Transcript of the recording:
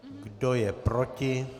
Kdo je proti?